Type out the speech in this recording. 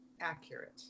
accurate